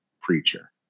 preacher